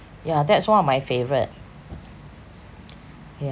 yeah that's one of my favourite yeah